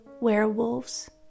werewolves